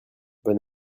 bon